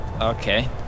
Okay